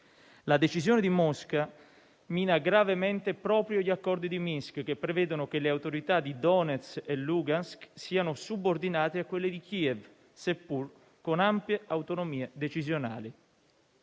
La decisione di Mosca mina gravemente proprio gli accordi di Minsk che prevedono che le autorità di Donetsk e Lugansk siano subordinate a quelle di Kiev, seppur con ampie autonomie decisionali.